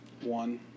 One